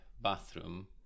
bathroom